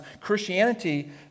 Christianity